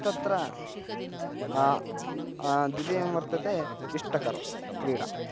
तत्र द्वितीयं वर्तते इष्टकरी क्रीडा